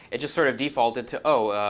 it just sort of defaulted to, oh,